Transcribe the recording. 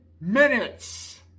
minutes